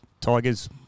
Tigers